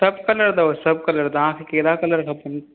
सभु कलर अथव सभु कलर तव्हां खे कहिड़ा कलर खपनि